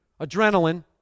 adrenaline